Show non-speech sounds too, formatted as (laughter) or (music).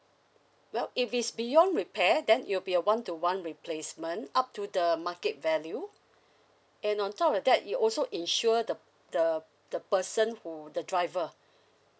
well if it's beyond repair then it'll be a one to one replacement up to the market value (breath) and on top of that you also insure the the the person who the driver (breath)